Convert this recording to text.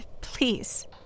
Please